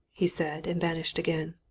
he said, and vanished again.